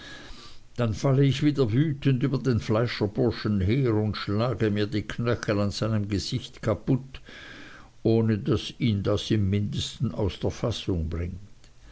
dann falle ich wieder wütend über den fleischerburschen her und schlage mir die knöchel an seinem gesicht kaput ohne daß das ihn im mindesten aus der fassung bringt